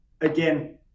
Again